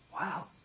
Wow